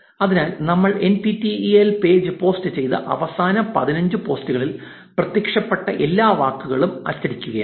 അതിനാൽ നമ്മൾ N P T E L page post ചെയ്ത അവസാന പതിനഞ്ച് പോസ്റ്റുകളിൽ പ്രത്യക്ഷപ്പെട്ട എല്ലാ വാക്കുകളും അച്ചടിക്കുകയാണ്